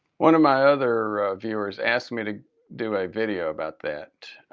one of my other viewers asked me to do a video about that